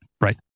Right